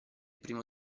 primo